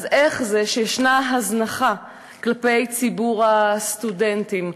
אז איך זה שישנה הזנחה כלפי ציבור הסטודנטים?